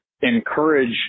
encourage